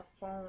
phone